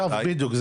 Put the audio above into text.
עכשיו בדיוק,